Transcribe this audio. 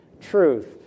truth